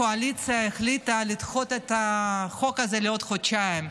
הקואליציה החליטה לדחות את החוק הזה לעוד חודשיים,